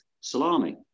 salami